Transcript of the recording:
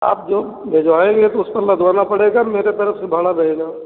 आप जो भिजवाएँगे तो उसको मैं ढोना पड़ेगा मेरे तरफ से भाड़ा रहेगा